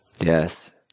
Yes